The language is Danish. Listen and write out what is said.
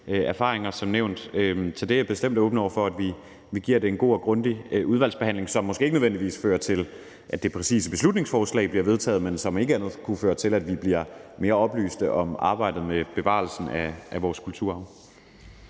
erfaringer. Så jeg er bestemt åben over for, at vi giver det en god og grundig udvalgsbehandling, som måske ikke nødvendigvis fører til, at præcis dette beslutningsforslag bliver vedtaget, men som om ikke andet kunne føre til, at vi bliver mere oplyste om arbejdet med bevarelsen af vores kulturarv.